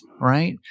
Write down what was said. right